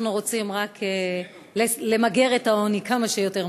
אנחנו יודעים שהם חוזרים מותשים,